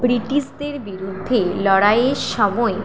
ব্রিটিশদের বিরুদ্ধে লড়াইয়ের সময়